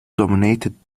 dominated